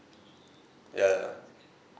ya